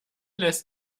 lässt